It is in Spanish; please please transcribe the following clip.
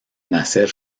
nacer